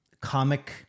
comic